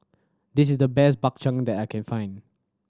this is the best Bak Chang that I can find